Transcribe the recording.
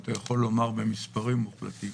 אתה יכול לומר במספרים מוחלטים,